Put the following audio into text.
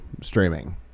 streaming